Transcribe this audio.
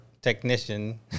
technician